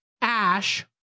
Ash